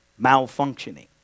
malfunctioning